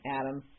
Adam